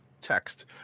text